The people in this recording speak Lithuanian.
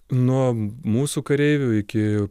nuo mūsų kareivių iki